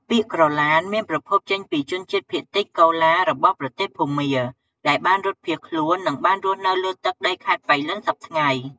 ពាក្យ "ក្រឡាន" មានប្រភពចេញពីជនជាតិភាគតិចកូឡារបស់ប្រទេសភូមា ដែលបានរត់ភៀសខ្លួន និងបានរស់នៅលើទឹកដីខេត្តប៉ៃលិនសព្វថ្ងៃ។